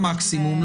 במקסימום,